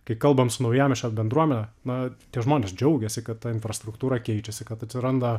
kai kalbam su naujamiesčio bendruomene na tie žmonės džiaugiasi kad ta infrastruktūra keičiasi kad atsiranda